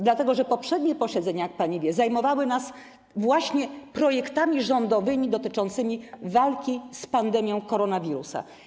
Dlatego że na poprzednich posiedzeniach, jak pani wie, zajmowaliśmy się właśnie projektami rządowymi dotyczącymi walki z pandemią koronawirusa.